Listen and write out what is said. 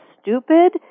stupid